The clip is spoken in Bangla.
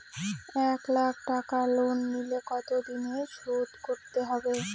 এক লাখ টাকা লোন নিলে কতদিনে শোধ করতে হবে?